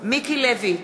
מיקי לוי,